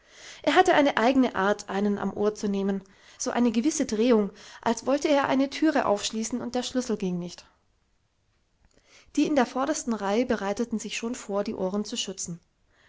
er hatte eine eigene art einen am ohr zu nehmen so eine gewisse drehung als wollte er eine thüre aufschließen und der schlüssel ging nicht die in der vordersten reihe bereiteten sich schon vor die ohren zu schützen